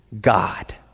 God